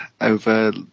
over